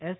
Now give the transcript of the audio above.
S